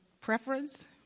preference